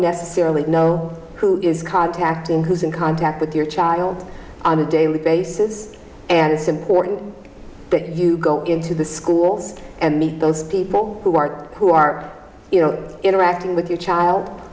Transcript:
necessarily know who is contacting who's in contact with your child on a daily basis and it's important that you go into the schools and meet those people who are who are interacting with your child